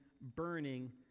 burning